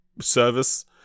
service